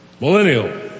Millennial